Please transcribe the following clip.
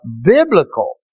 biblical